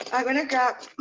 i'm gonna grab